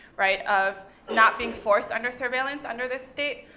right? of not being forced under surveillance under the state,